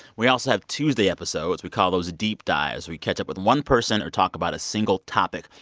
we also have tuesday episodes. we call those deep dives. we catch up with one person or talk about a single topic.